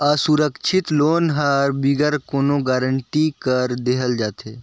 असुरक्छित लोन हर बिगर कोनो गरंटी कर देहल जाथे